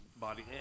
body